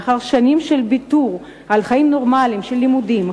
לאחר שנים של ויתור על חיים נורמליים של לימודים,